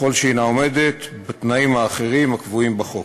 ככל שהיא עומדת בתנאים האחרים הקבועים בחוק.